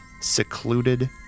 secluded